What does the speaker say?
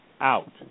out